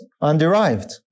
underived